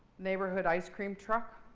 neighborhood ice cream truck.